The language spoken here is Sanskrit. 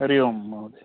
हरि ओम् महोदय